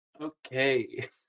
Okay